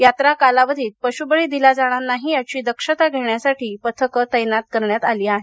यात्रा कालावधीत पशूबळी दिला जाणार नाही याची दक्षता घेण्यासाठी पथक तस्तित ठेवण्यात आली आहेत